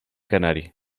canari